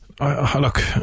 Look